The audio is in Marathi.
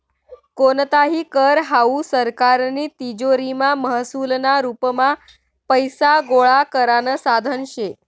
कोणताही कर हावू सरकारनी तिजोरीमा महसूलना रुपमा पैसा गोळा करानं साधन शे